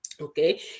Okay